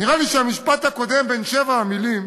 נראה לי שהמשפט הקודם בן שבע המילים